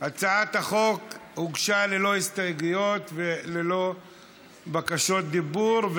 הצעת החוק הוגשה ללא הסתייגויות וללא בקשות דיבור,